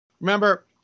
Remember